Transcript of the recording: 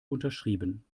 unterschrieben